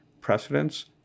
precedents